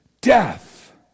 death